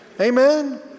Amen